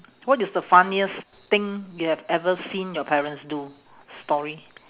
what is the funniest thing you have ever seen your parents do story